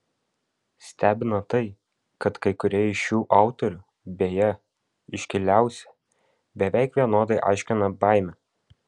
stebina tai kad kai kurie iš šių autorių beje iškiliausi beveik vienodai aiškina baimę